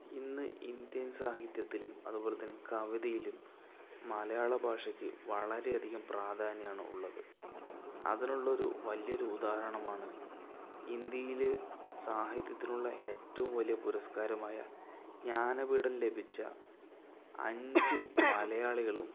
ഇന്ന് ഇന്ത്യൻ സാഹിത്യത്തിലും അതുപോലെ തന്നെ കവിതയിലും മലയാളഭാഷയ്ക്ക് വളരെയധികം പ്രാധാന്യമാണ് ഉള്ളത് അതിനുള്ള ഒരു വലിയൊരു ഉദാഹരണമാണ് ഇന്ത്യയിൽ സാഹിത്യത്തിനുള്ള ഏറ്റവും വലിയ പുരസ്കാരമായ ജ്ഞാനപീഠം ലഭിച്ച അഞ്ച് മലയാളികളും